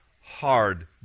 hard